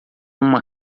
uma